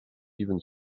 even